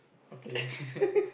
okay